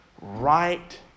right